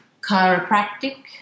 chiropractic